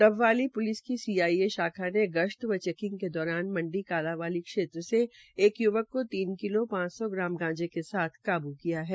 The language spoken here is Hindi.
डबवाली प्लिस की सीआईए शाखा ने गश्त व चैकिंग के दौरान मंडी कालांवाली क्षेत्र से एक य्वक को तीन किलो पांच सौ ग्राम गांजे के साथ काबू किया है